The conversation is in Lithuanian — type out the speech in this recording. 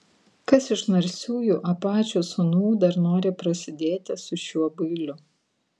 kas iš narsiųjų apačių sūnų dar nori prasidėti su šiuo bailiu